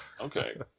Okay